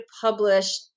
publish